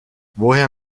woher